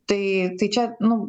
tai tai čia nu